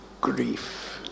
grief